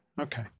Okay